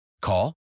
Call